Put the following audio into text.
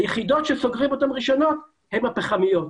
היחידות שסוגרים אותן ראשונות הן הפחמיות.